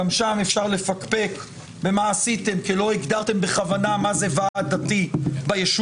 גם שם אפשר לפקפק במה עשיתם כי לא הגדרתם בכוונה מה זה ועד דתי ביישוב,